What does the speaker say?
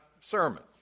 sermon